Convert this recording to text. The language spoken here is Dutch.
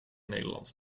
nederland